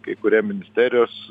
kai kurie ministerijos